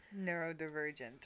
Neurodivergent